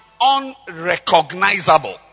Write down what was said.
unrecognizable